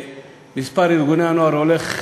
מספר ארגוני הנוער הולך וגדל,